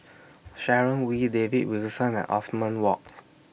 Sharon Wee David Wilson and Othman Wok